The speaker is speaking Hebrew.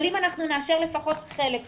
אבל אם אנחנו נאשר לפחות חלק מזה,